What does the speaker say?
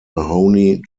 mahoney